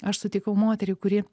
aš sutikau moterį kuri